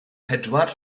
pedwar